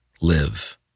live